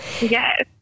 Yes